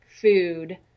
food